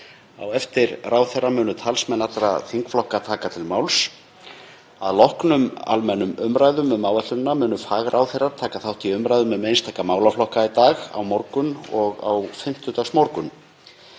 Á eftir ráðherra munu talsmenn allra þingflokka taka til máls. Að loknum almennum umræðum um áætlunina munu fagráðherrar taka þátt í umræðum um einstaka málaflokka í dag, á morgun og á fimmtudagsmorgun.